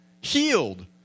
healed